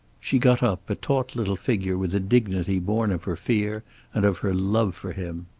she got up, a taut little figure with a dignity born of her fear and of her love for him.